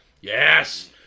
Yes